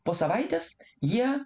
po savaitės jie